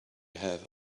have